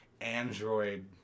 android